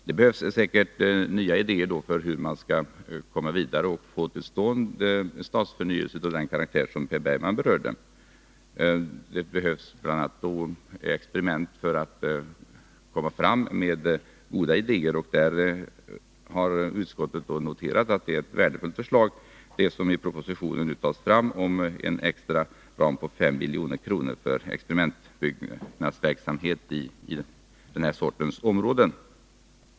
Det behövs säkert nya idéer för hur man skall komma vidare och få till stånd en stadsförnyelse av den karaktär som Per Bergman berört. Det behövs bl.a. experiment för att få fram goda idéer, och utskottet har noterat att det är ett värdefullt förslag som finns i propositionen om en extra ram på 5 milj.kr. för experimentbyggnadsverksamhet i den här sortens områden.